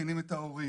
מכינים את ההורים,